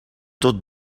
tot